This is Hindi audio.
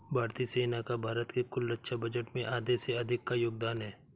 भारतीय सेना का भारत के कुल रक्षा बजट में आधे से अधिक का योगदान है